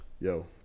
yo